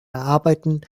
erarbeiten